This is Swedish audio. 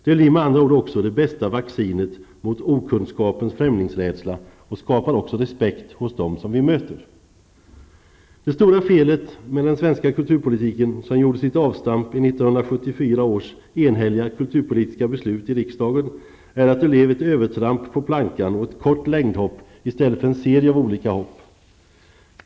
Det blir med andra ord också det bästa vaccinet mot okunkapens främlingsrädsla och skapar också respekt hos dem som vi möter. Det stora felet med den svenska kulturpolitiken, som gjorde sitt avstamp i och med 1974 års enhälliga kulturpolitiska beslut i riksdagen är att det blev ett övertramp på plankan och ett kort längdhopp i stället för en serie av olika hopp.